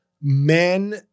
men